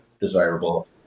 desirable